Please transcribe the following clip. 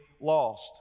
lost